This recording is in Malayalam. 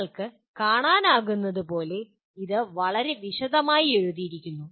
നിങ്ങൾക്ക് കാണാനാകുന്നതുപോലെ ഇത് വളരെ വിശദമായി എഴുതിയിരിക്കുന്നു